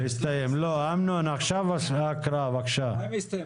הסיפה החל במילים "שלא מתקיים"